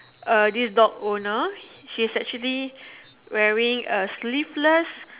uh this dog owner she's actually wearing a sleeveless